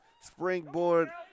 springboard